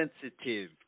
sensitive